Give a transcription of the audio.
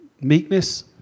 meekness